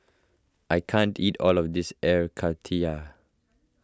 I can't eat all of this Air Karthira